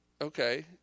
okay